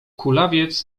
kulawiec